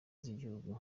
z’igihugu